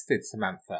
Samantha